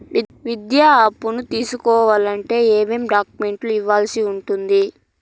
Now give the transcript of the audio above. విద్యా అప్పును తీసుకోవాలంటే ఏ ఏ డాక్యుమెంట్లు ఇవ్వాల్సి ఉంటుంది